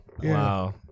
Wow